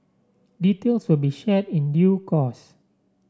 details will be shared in due course